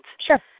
Sure